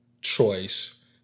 choice